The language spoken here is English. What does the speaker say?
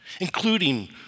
including